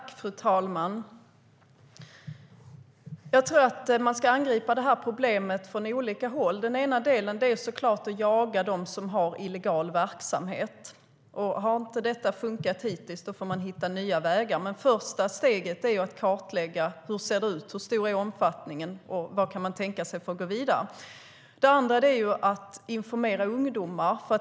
Fru talman! Jag tror att man ska angripa problemet från olika håll. Den ena delen är att jaga dem som har illegal verksamhet. Om detta inte har fungerat hittills får man hitta nya vägar, men första steget är att kartlägga hur det ser ut, hur stor omfattningen är och hur man kan tänka sig att gå vidare. Den andra delen är att informera ungdomar.